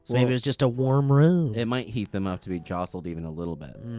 maybe it was just a warm room. it might heat them up to be jostled even a little bit.